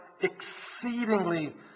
exceedingly